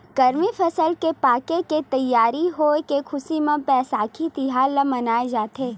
गरमी फसल के पाके के तइयार होए के खुसी म बइसाखी तिहार ल मनाए जाथे